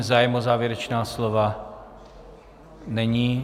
Zájem o závěrečná slova není.